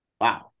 wow